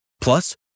Plus